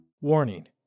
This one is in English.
Warning